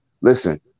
Listen